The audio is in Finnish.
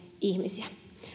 ihmisiä